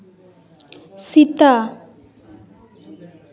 Sita